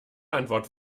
antwort